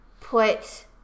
put